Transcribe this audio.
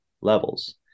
levels